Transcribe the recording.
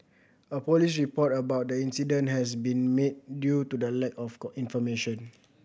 a police report about the incident has been made due to the lack of information